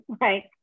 Right